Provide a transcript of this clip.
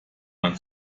man